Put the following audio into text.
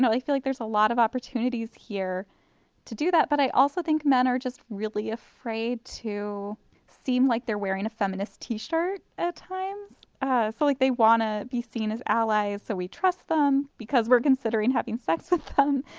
i feel like there's a lot of opportunities here to do that. but i also think men are just really afraid to seem like they're wearing a feminist t-shirt at times. ah so like they want to be seen as allies so we trust them, because we're considering having sex with them.